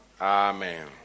Amen